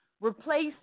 replace